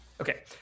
Okay